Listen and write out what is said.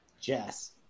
jess